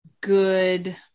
good